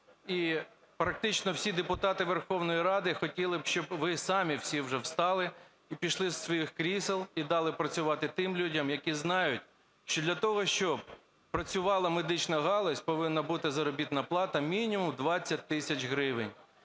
і практично всі депутати Верховної Ради хотіли б, щоб ви самі всі вже встали і пішли із своїх крісел, і дали працювати тим людям, які знають, що для того, щоб працювала медична галузь, повинна бути заробітна плата мінімум 20 тисяч гривень.